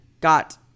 got